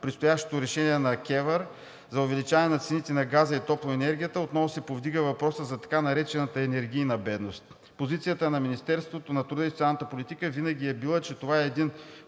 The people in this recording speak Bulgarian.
предстоящото решение на КЕВР за увеличаване на цените на газа и топлоенергията отново се повдига въпросът за така наречената енергийна бедност. Позицията на Министерството на труда и социалната политика винаги е била, че това е един